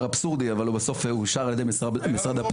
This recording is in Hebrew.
אבסורדי אבל בסוף הוא אושר על ידי משרד הפנים.